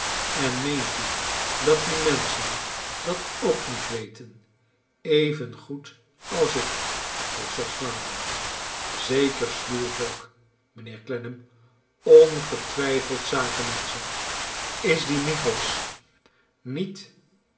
en meent u dat die menschen dat ook niet weten even goed als ik vroeg zij smalend zeker sluw volk mijnheer clennam ongetwijfeld zakenmenschen is die miggles niet